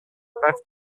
прав